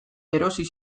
erosi